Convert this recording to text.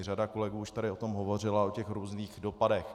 Řada kolegů už tady o tom hovořila, o těch různých dopadech.